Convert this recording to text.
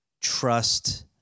trust